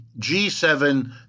G7